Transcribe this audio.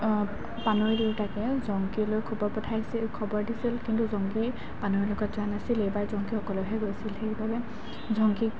পানৈৰ দেউতাকে জংকী লৈ খবৰ পঠাইছিল খবৰ দিছিল কিন্তু জংকী পানৈৰ লগত যোৱা নাছিল এইবাৰ জংকী একলেহে গৈছিল সেইবাবে জংকীক